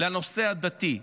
לנושא הדתי.